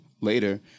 later